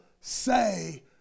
say